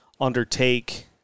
undertake